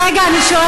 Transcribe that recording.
רגע, אני שואלת.